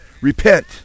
Repent